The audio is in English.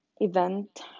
event